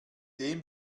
dem